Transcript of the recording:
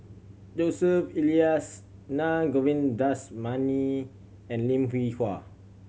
Joseph Elias Naa Govindasamy and Lim Hwee Hua